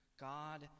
God